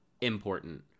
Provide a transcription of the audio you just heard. important